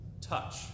touch